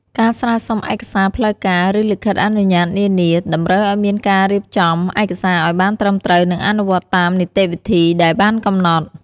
ការស្នើសុំឯកសារផ្លូវការ ឬលិខិតអនុញ្ញាតនានា តម្រូវឲ្យមានការរៀបចំឯកសារឲ្យបានត្រឹមត្រូវ និងអនុវត្តតាមនីតិវិធីដែលបានកំណត់។